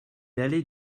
allée